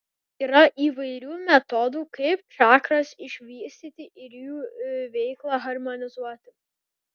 yra įvairių metodų kaip čakras išvystyti ir jų veiklą harmonizuoti